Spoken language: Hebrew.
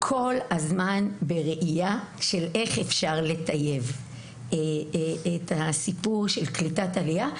אנחנו כל הזמן בראייה של איך אפשר לטייב את הסיפור של קליטת העלייה?